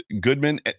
Goodman